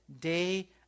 day